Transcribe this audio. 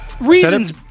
reasons